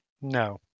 No